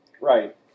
Right